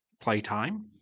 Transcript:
playtime